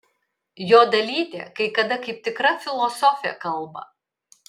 jo dalytė kai kada kaip tikra filosofė kalba